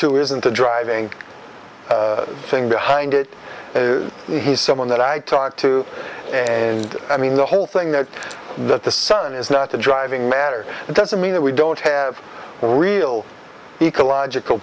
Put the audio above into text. two isn't the driving thing behind it he's someone that i talk to and i mean the whole thing that that the sun is not the driving matter doesn't mean that we don't have real ecological